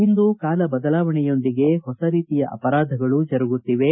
ಇಂದು ಕಾಲ ಬದಲಾವಣೆಯೊಂದಿಗೆ ಹೊಸ ರೀತಿಯ ಅಪರಾಧಗಳು ಜರುಗುತ್ತಿವೆ